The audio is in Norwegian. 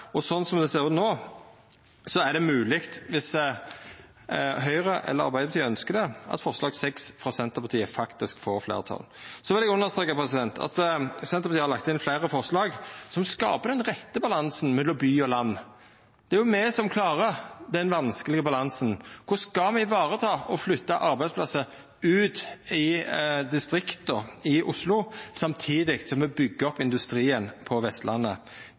Sånn det ser ut no, er det mogleg, viss Høgre eller Arbeidarpartiet ønskjer det, at forslag nr. 6, frå Senterpartiet, faktisk får fleirtal. Så vil eg understreka at Senterpartiet har lagt inn fleire forslag som skapar den rette balansen mellom by og land. Det er me som klarar den vanskelege balansen. Korleis skal me vareta å flytta arbeidsplassar ut i utkantane av Oslo samtidig som me byggjer opp industrien på Vestlandet?